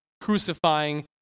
crucifying